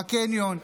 בקניון,